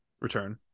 return